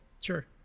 Sure